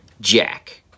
jack